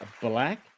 black